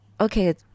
okay